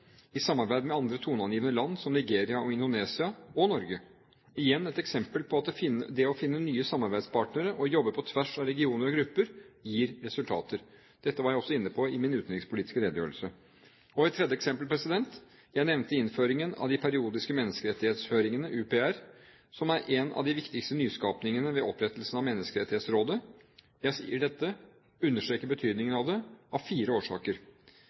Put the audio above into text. i samarbeid med andre toneangivende land som Nigeria og Indonesia – og Norge, igjen et eksempel på at det å finne nye samarbeidspartnere og jobbe på tvers av regioner og grupper gir resultater. Dette var jeg også inne på i min utenrikspolitiske redegjørelse. Og et tredje eksempel: Jeg nevnte innføringen av de periodiske menneskerettighetshøringene – UPR – som en av de viktigste nyskapingene ved opprettelsen av Menneskerettighetsrådet. Jeg sier dette, understreker betydningen av det, av fire årsaker: